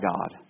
God